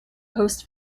post